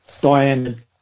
Diane